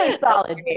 solid